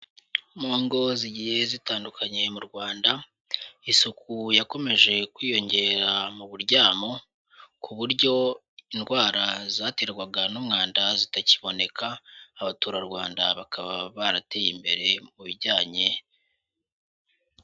Mu ngo zigiye zitandukanye mu Rwanda, isuku yakomeje kwiyongera mu buryamo, ku buryo indwara zaterwaga n'umwanda zitakiboneka, Abaturarwanda bakaba barateye imbere mu bijyanye...